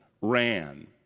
ran